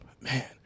Man